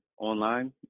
online